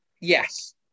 Yes